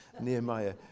Nehemiah